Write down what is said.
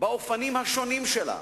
האלימות הגיעה, באופנים השונים שלה,